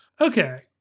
Okay